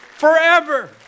Forever